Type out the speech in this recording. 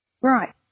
Right